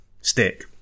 stick